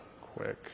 quick